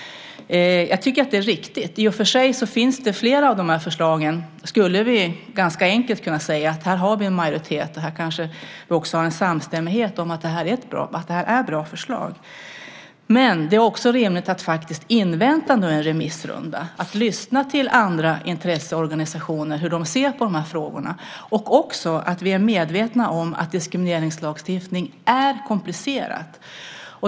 Jag tycker att det är riktigt. Flera av förslagen skulle vi visserligen ganska enkelt kunna säga att vi har en majoritet för. Vi har kanske också en samstämmighet om att det är bra förslag. Men det är också rimligt att invänta en remissrunda och lyssna till hur intresseorganisationerna ser på de här frågorna. Vi ska vara medvetna om att diskrimineringslagstiftning är komplicerat.